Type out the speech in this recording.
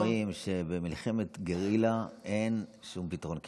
כולנו אומרים שבמלחמת גרילה אין שום פתרון קסם.